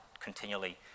continually